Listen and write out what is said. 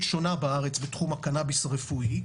שונה בארץ בתחום הקנאביס הרפואי,